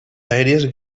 aèries